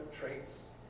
traits